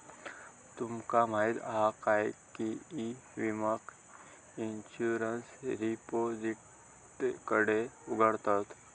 तुमका माहीत हा काय की ई विम्याक इंश्युरंस रिपोजिटरीकडे उघडतत